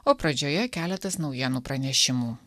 o pradžioje keletas naujienų pranešimų